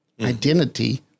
identity